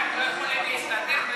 אצלך.